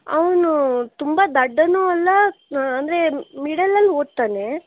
ಅವನು ತುಂಬ ದಡ್ಡವೂ ಅಲ್ಲ ಅಂದರೆ ಮಿಡಲ್ ಅಲ್ಲಿ ಓದ್ತಾನೆ